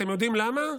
אתם יודעים למה?